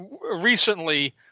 Recently